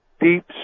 deep